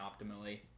optimally